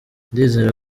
ndizera